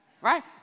right